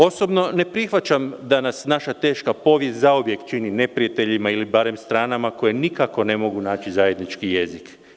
Posebno ne prihvaćam da nas naša teška povijest zauvijek čini neprijateljima ili barem stranama koje nikako ne mogu naći zajednički jezik.